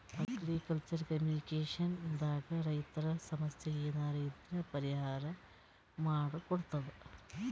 agriculture communication ದಾಗ್ ರೈತರ್ ಸಮಸ್ಯ ಏನರೇ ಇದ್ರ್ ಪರಿಹಾರ್ ಮಾಡ್ ಕೊಡ್ತದ್